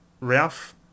Ralph